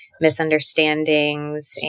misunderstandings